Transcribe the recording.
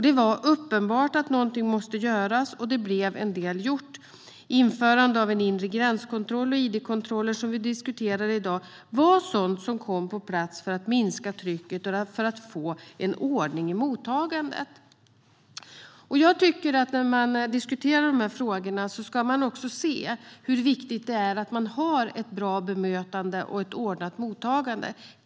Det var uppenbart att någonting måste göras, och det blev en del gjort. Införande av en inre gränskontroll och id-kontroller som vi diskuterar i dag var sådant som kom på plats för att minska trycket och för att få en ordning i mottagandet. När man diskuterar dessa frågor tycker jag att man måste se hur viktigt det är att det finns ett bra bemötande och ett ordnat mottagande.